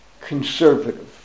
conservative